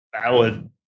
valid